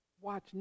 watch